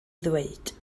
ddweud